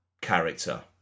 character